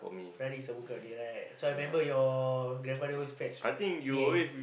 Friday is the book out day right so I remember your grandmother always fetch me and